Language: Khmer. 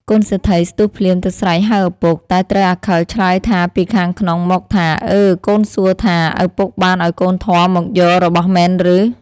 កូនសេដ្ធីស្ទុះភ្លាមទៅស្រែកហៅឪពុក តែត្រូវអាខិលឆ្លើយថាពីខាងក្នុងមកថា “អើ! ”កូនសួរថា “ឪពុកបានឱ្យកូនធម៌មកយករបស់មែនឬ?” ។